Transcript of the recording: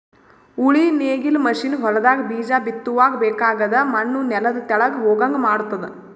ಉಳಿ ನೇಗಿಲ್ ಮಷೀನ್ ಹೊಲದಾಗ ಬೀಜ ಬಿತ್ತುವಾಗ ಬೇಕಾಗದ್ ಮಣ್ಣು ನೆಲದ ತೆಳಗ್ ಹೋಗಂಗ್ ಮಾಡ್ತುದ